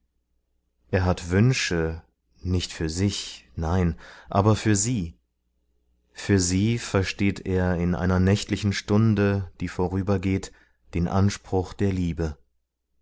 er hat wünsche nicht für sich nein aber für sie für sie versteht er in einer nächtlichen stunde die vorübergeht den anspruch der liebe